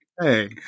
hey